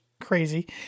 crazy